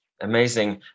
amazing